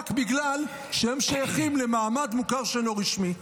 בגלל שהם שייכים למעמד מוכר שאינו רשמי.